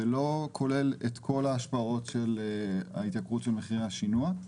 זה לא כולל את כל ההשפעות של ההתייקרות של מחירי השינוע,